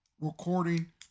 recording